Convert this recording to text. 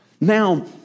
Now